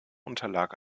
unterlag